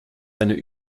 eine